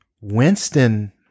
Winston